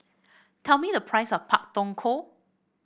tell me the price of Pak Thong Ko